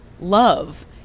love